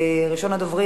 אין מתנגדים ואין נמנעים.